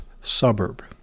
suburb